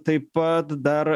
taip pat dar